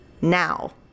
now